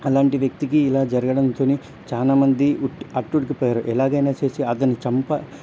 అలాంటి వ్యక్తికి ఇలా జరగడంతోనే చానా మంది ఉట్ అట్టుడికి పోయారు ఎలాగైనా చేసి అతని చంపా